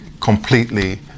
completely